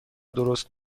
درست